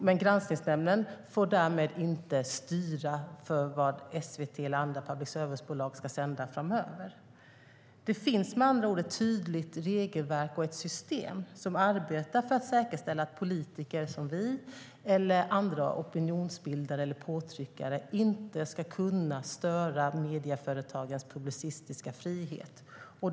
Men Granskningsnämnden får därmed inte styra vad SVT eller andra public service-bolag ska sända framöver. Det finns med andra ord ett tydligt regelverk och ett system som arbetar för att säkerställa att politiker som vi eller andra opinionsbildare eller påtryckare inte ska kunna störa medieföretagens publicistiska frihet.